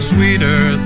sweeter